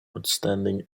outstanding